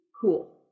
cool